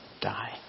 die